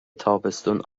تابستون